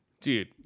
Dude